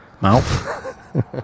Mouth